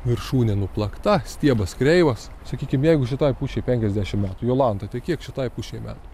viršūnė nuplakta stiebas kreivas sakykim jeigu šitai pušiai penkiasdešim metų jolanta tai kiek šitai pušiai metų